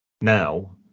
now